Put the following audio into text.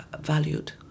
valued